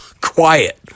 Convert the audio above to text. quiet